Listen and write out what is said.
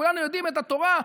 כולנו יודעים את התורה,